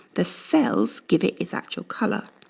the cells give it its actual color.